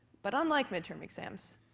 but unlike midterm exams,